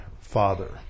Father